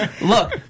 Look